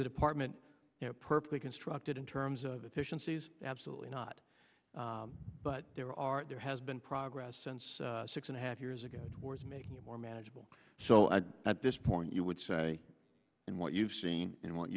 department you know perfectly constructed in terms of efficiency is absolutely not but there are there has been progress since six and a half years ago towards making it more manageable so at this point you would say in what you've seen in what